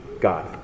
God